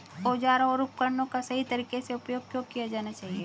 औजारों और उपकरणों का सही तरीके से उपयोग क्यों किया जाना चाहिए?